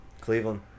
Cleveland